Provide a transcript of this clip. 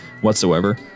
whatsoever